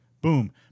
boom